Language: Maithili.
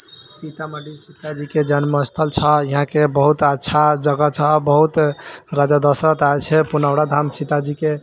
सीतामढ़ी सीताजीके जन्मस्थल छऽ यहाँके बहुत अच्छा जगह छऽ बहुत राजा दशरथ आएल छऽ पुनौरा धाम सीताजीके